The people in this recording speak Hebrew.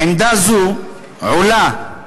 עמדה זו עולה, תשמעו,